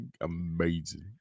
amazing